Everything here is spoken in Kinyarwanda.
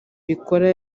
rikora